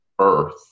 earth